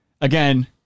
again